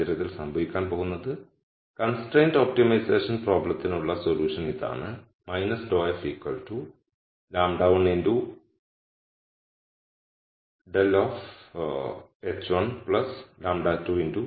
ഈ സാഹചര്യത്തിൽ സംഭവിക്കാൻ പോകുന്നത് കൺസ്ട്രൈൻഡ് ഒപ്റ്റിമൈസേഷൻ പ്രോബ്ലത്തിനുള്ള സൊല്യൂഷൻ ഇതാണ് ∇f λ1∇ λ2∇